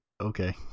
Okay